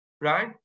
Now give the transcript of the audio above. right